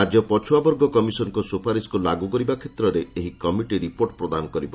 ରାଜ୍ୟ ପଛୁଆବର୍ଗ କମିଶନଙ୍କ ସୁପାରିଶକୁ ଲାଗୁ କରିବା କ୍ଷେତ୍ରରେ ଏକ କମିଟି ରିପୋର୍ଟ ପ୍ରଦାନ କରିବ